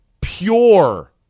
pure